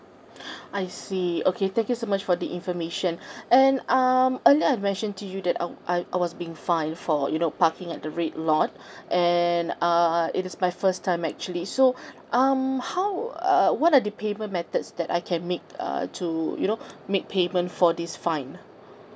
I see okay thank you so much for the information and um and then I mentioned to you that I w~ I was being fined for you know parking at the red lot and uh it is my first time actually so um how uh what are the payment methods that I can make uh to you know make payment for this fine